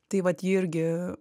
tai vat ji irgi